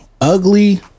Ugly